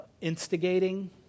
instigating